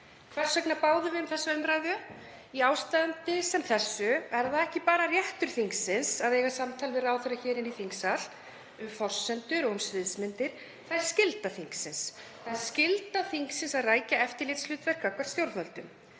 Hvers vegna báðum við um þessa umræðu? Í ástandi sem þessu er það ekki bara réttur þingsins að eiga samtal við ráðherra hér inni í þingsal, um forsendur og um sviðsmyndir, heldur er það skylda þingsins. Það er skylda þingsins að rækja eftirlitshlutverk gagnvart stjórnvöldum.